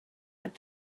but